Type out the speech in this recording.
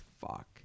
fuck